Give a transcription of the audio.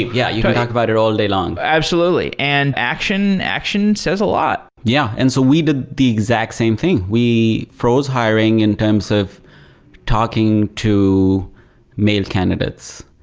yeah, you can talk about it all day long absolutely, and action action says a lot yeah. and so we did the exact same thing. we froze hiring in terms of talking to male candidates,